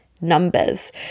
numbers